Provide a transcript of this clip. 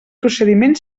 procediment